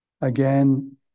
again